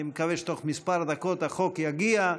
אני מקווה שבתוך כמה דקות החוק יגיע.